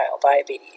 diabetes